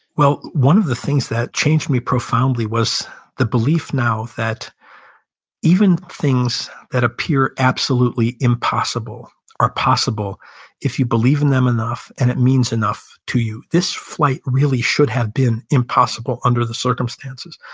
well, one of the things that changed me profoundly was the belief now that even things that appear absolutely impossible are possible if you believe in them enough and it means enough to you. this flight really should have been impossible under the circumstances.